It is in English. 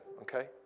okay